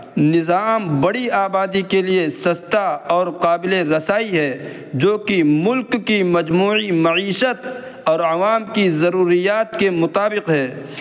نظام بڑی آبادی کے لیے سستا اور قابل رسائی ہے جو کہ ملک کی مجموعی معیشت اور عوام کی ضروریات کے مطابق ہے